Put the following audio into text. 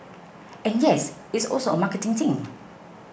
and yes it's also a marketing thing